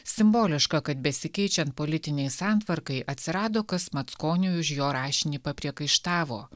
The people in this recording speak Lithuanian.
simboliška kad besikeičiant politinei santvarkai atsirado kas mackoniui už jo rašinį papriekaištavo